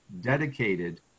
dedicated